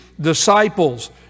disciples